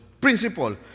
Principle